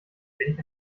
wenig